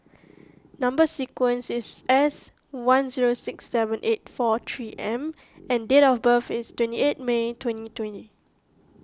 Number Sequence is S one zero six seven eight four three M and date of birth is twenty eight May twenty twenty